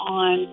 on